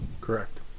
Correct